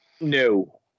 no